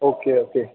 okay okay